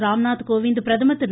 ராம்நாத் கோவிந்த் பிரதமர் திரு